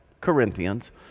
Corinthians